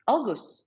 August